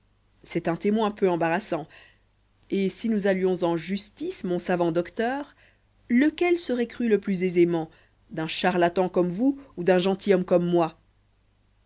c'est un témoin peu embarrassant et si nous allions en justice mon savant docteur lequel serait cru le plus aisément d'un charlatan comme vous ou d'un gentilhomme comme moi